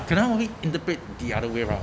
可能我会 interpret the other way around